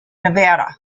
nevada